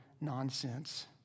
nonsense